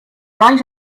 right